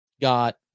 Got